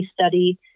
study